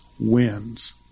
wins